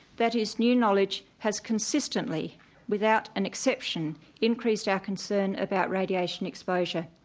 that is new knowledge has consistently without an exception increased our concern about radiation exposure.